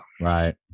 Right